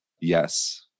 yes